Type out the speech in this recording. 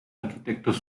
arquitectos